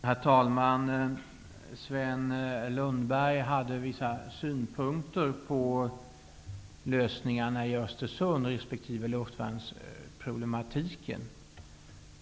Herr talman! Sven Lundberg hade vissa synpunkter på lösningarna i Östersund resp. av luftvärnsproblematiken.